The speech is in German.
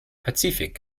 pazifik